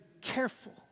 careful